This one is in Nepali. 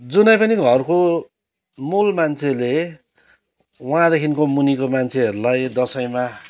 जुनै पनि घरको मूल मान्छेले उहाँदेखिको मुनिको मान्छेहरूलाई दसैँमा